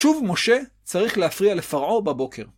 שוב, משה צריך להפריע לפרעה בבוקר.